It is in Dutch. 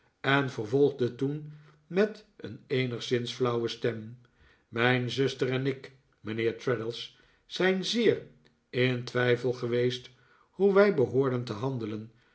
en vervolgde toen met een eenigszins flauwe stem mijn zuster en ik mijnheer traddles zijn zeer in twijfel geweest hoe wij behoorden te handelen